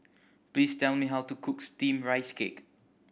please tell me how to cook Steamed Rice Cake